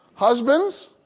Husbands